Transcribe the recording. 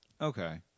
Okay